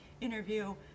interview